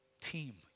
Team